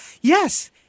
yes